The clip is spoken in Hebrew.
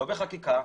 לא בחקיקה,